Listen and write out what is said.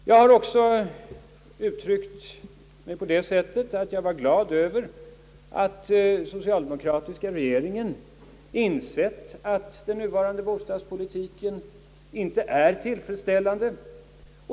Jag har också uttryckt mig så, att jag var glad över att den socialdemokratiska regeringen insett att den nuvarande bostadspolitiken inte är tillfredsställande.